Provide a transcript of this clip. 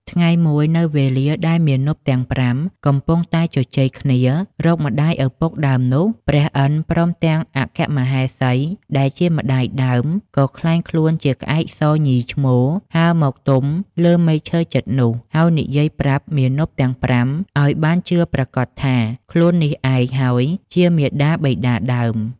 ថ្ងៃមួយ នៅវេលាដែលមាណពទាំង ៥ កំពុងតែជជែកគ្នារកម្ដាយឪពុកដើមនោះ ព្រះឥន្ទព្រមទាំងអគ្គ មហេសីដែលជាម្ដាយដើម ក៏ក្លែងខ្លួនជាក្អែកសញីឈ្មោល ហើរមកទំលើមែកឈើជិតនោះ ហើយនិយាយប្រាប់មាណពទាំង ៥ ឲ្យបានជឿប្រាកដថា "ខ្លួននេះឯងហើយ ជាមាតាបិតាដើម” ។